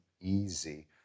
easy